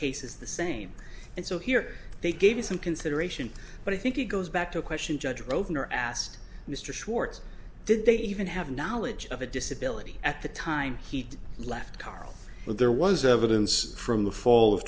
case is the same and so here they gave you some consideration but i think it goes back to a question judge over asked mr schwartz did they even have knowledge of a disability at the time he left carl but there was evidence from the fall of